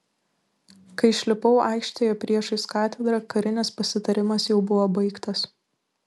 kai išlipau aikštėje priešais katedrą karinis pasitarimas jau buvo baigtas